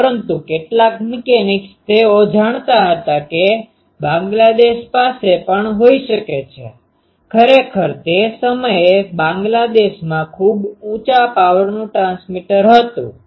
પરંતુ કેટલાક મિકેનિક્સ તેઓ જાણતા હતા કે બાંગ્લાદેશ પાસે પણ હોઈ શકે છે ખરેખર તે સમયે બાંગ્લાદેશમાં ખૂબ ઊંચા પાવરનું ટ્રાન્સમીટર હતું